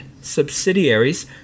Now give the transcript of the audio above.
Subsidiaries